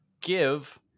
give